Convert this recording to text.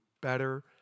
better